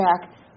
back